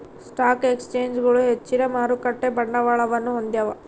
stock ಎಕ್ಸ್ಚೇಂಜ್ಗಳು ಹೆಚ್ಚಿನ ಮಾರುಕಟ್ಟೆ ಬಂಡವಾಳವನ್ನು ಹೊಂದ್ಯಾವ